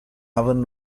oven